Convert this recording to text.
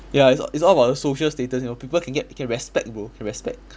ya it's it's all about the social status you know people can get can respect bro can respect